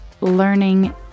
learning